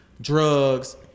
drugs